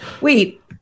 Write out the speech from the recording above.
Wait